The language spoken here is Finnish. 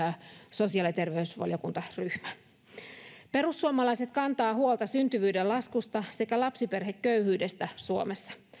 sosiaali ja terveysvaliokuntaryhmä perussuomalaiset kantavat huolta syntyvyyden laskusta sekä lapsiperheköyhyydestä suomessa